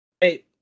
hey